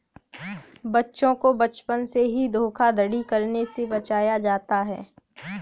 बच्चों को बचपन से ही धोखाधड़ी करने से बचाया जाता है